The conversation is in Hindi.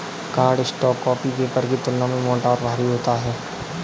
कार्डस्टॉक कॉपी पेपर की तुलना में मोटा और भारी होता है